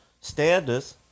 standards